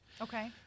Okay